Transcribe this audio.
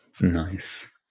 Nice